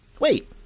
Wait